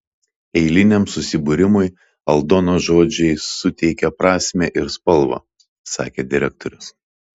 eiliniam susibūrimui aldonos žodžiai suteikia prasmę ir spalvą sakė direktorius